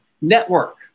network